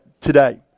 today